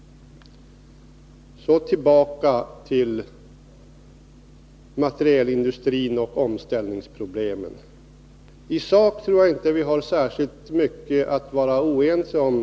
Så tillbaka till materielindustrin och omställningsproblemen! I sak tror jag inte Nils Berndtson och jag har särskilt mycket att vara oense om.